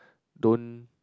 don't